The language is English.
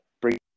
bring